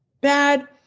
Bad